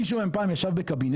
מישהו אי פעם ישב בקבינט?